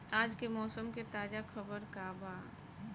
आज के मौसम के ताजा खबर का बा?